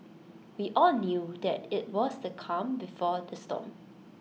we all knew that IT was the calm before the storm